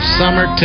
summer